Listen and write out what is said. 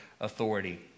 authority